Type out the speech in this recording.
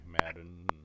Madden